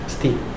Steve